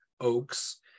oaks